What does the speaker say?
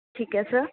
ਠੀਕ ਹੈ ਸਰ